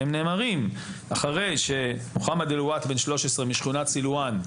הם נאמרים אחרי שמוחמד עליוואת בן 13 משכונת סילוואן,